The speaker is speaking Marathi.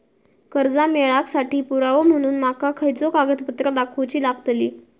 कर्जा मेळाक साठी पुरावो म्हणून माका खयचो कागदपत्र दाखवुची लागतली?